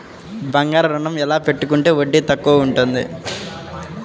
బంగారు ఋణం ఎలా పెట్టుకుంటే వడ్డీ తక్కువ ఉంటుంది?